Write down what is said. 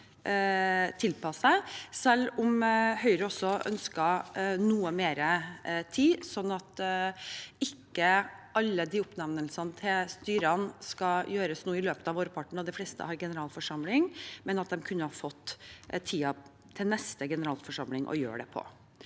selv om Høyre ønsket noe mer tid, sånn at ikke alle oppnevnelsene til styrene må gjøres nå i løpet av vårparten, da de fleste har generalforsamling, men at de kunne fått tiden frem til neste generalforsamling å gjøre det på.